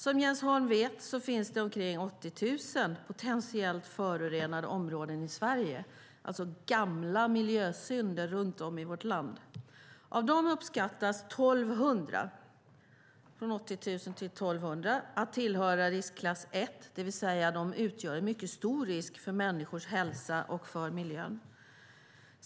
Som Jens Holm vet finns det omkring 80 000 potentiellt förorenade områden i Sverige, alltså gamla miljösynder runt om i vårt land. Av dem uppskattas 1 200 områden - 1 200 av 80 000 - tillhöra riskklass 1, det vill säga att de utgör en mycket stor risk för människors hälsa och för miljön.